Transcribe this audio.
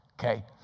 okay